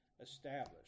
established